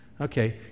Okay